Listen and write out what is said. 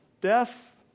death